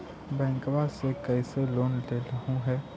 बैंकवा से लेन कैसे लेलहू हे?